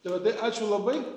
tai va tai ačiū labai